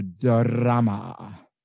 drama